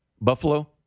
Buffalo